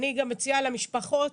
אני גם מציעה למשפחות